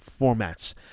formats